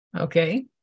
Okay